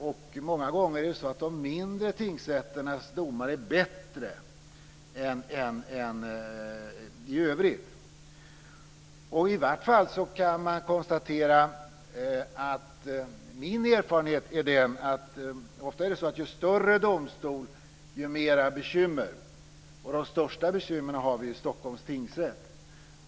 Och många gånger är det så att de mindre tingsrätternas domar är bättre än övriga. Min erfarenhet är att det ofta är så att ju större domstolen är, desto mer bekymmer har man. Och de största bekymren har man i Stockholms tingsrätt.